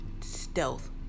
stealth